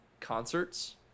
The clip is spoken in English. concerts